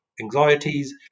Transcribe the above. anxieties